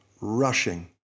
rushing